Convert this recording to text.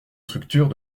structures